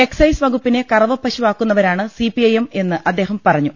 excise വകുപ്പിനെ കറവപ്പ ശുവാക്കുന്നവരാണ് സി പി ഐ എം എന്ന് അദ്ദേഹം പറഞ്ഞു